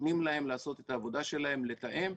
נותנים להן לעשות את העבודה שלהן ולתאם,